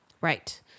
Right